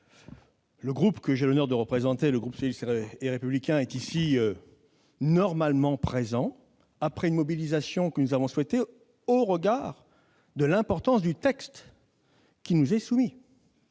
Le groupe que j'ai l'honneur de représenter, le groupe socialiste et républicain, est normalement présent dans cet hémicycle, après une mobilisation que nous avons souhaitée au regard de l'importance du texte qui nous est soumis.